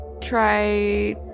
try